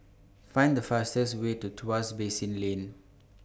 Find The fastest Way to Tuas Basin Lane